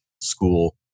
school